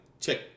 check